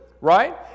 Right